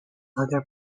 other